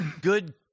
Good